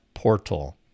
portal